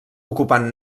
ocupant